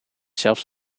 zelfs